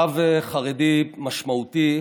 רב חרדי משמעותי